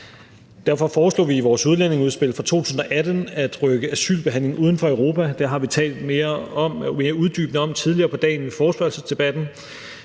Derfor foreslog vi i vores udlændingeudspil fra 2018 at rykke asylbehandlingen uden for Europa. Det har vi talt mere uddybende om tidligere på dagen ved forespørgselsdebatten.